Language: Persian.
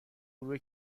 گروه